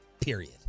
Period